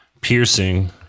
Piercing